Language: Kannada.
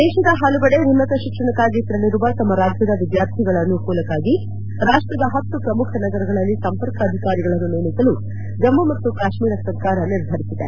ದೇಶದ ಹಲವೆಡೆ ಉನ್ತತ ಶಿಕ್ಷಣಕ್ಕಾಗಿ ತೆರಳಿರುವ ತಮ್ಮ ರಾಜ್ಯದ ವಿದ್ಯಾರ್ಥಿಗಳ ಅನುಕೂಲಕ್ಕಾಗಿ ರಾಷ್ಟ್ರದ ಹತ್ತು ಪ್ರಮುಖ ನಗರಗಳಲ್ಲಿ ಸಂಪರ್ಕ ಅಧಿಕಾರಿಗಳನ್ನು ನೇಮಿಸಲು ಜಮ್ಮು ಮತ್ತು ಕಾಶ್ಮೀರ ಸರ್ಕಾರ ನಿರ್ಧರಿಸಿದೆ